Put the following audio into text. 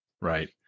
Right